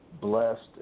blessed